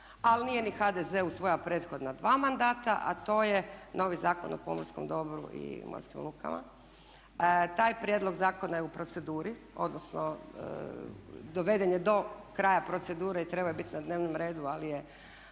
ali nije ni HDZ u svoja prethodna mandata, a to je novi Zakon o pomorskom dobru i morskim lukama. Taj prijedlog zakona je u proceduri, odnosno doveden je do kraja procedure i trebao je biti na dnevnom redu ali je